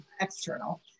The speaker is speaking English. external